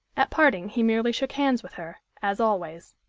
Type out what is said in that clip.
at parting, he merely shook hands with her, as always.